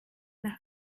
nach